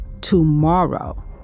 tomorrow